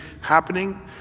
happening